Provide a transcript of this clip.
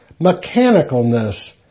mechanicalness